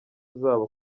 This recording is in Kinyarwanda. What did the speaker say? zabo